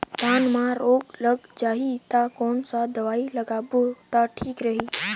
धान म रोग लग जाही ता कोन सा दवाई लगाबो ता ठीक रही?